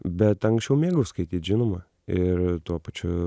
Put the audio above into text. bet anksčiau mėgau skaityt žinoma ir tuo pačiu